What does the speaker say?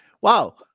wow